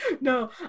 No